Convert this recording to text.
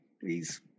please